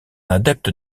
adepte